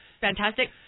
fantastic